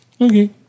Okay